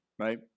Right